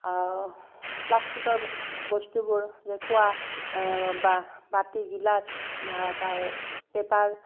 প্লাষ্টিকৰ বস্তুবোৰ যে খোৱা বা বাতি গিলাচ বা পেপাৰ